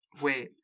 Wait